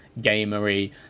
gamer-y